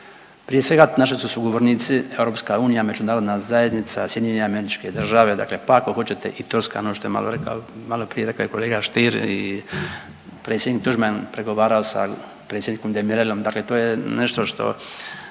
prije svega naši su sugovornici EU, međunarodna zajednica, SAD dakle pa ako hoćete i Turska ono što je maloprije rekao i kolega Stier i predsjednik Tuđman pregovarao sa predsjednikom Demirelom, dakle to je nešto što